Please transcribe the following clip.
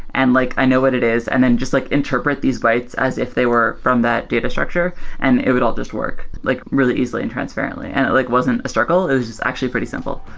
and like i know what it is and then just like interpret these bytes as if they were from that data structure and it would all just work like really easily and transparently, and it like wasn't a circle. it was just actually pretty simple,